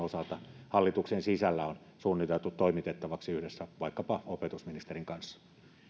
osalta hallituksen sisällä on suunniteltu toimitettavaksi yhdessä vaikkapa opetusministerin kanssa